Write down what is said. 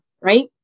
right